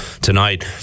tonight